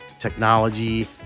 Technology